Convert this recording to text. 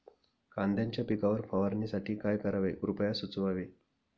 कांद्यांच्या पिकावर फवारणीसाठी काय करावे कृपया सुचवावे